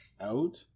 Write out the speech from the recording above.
out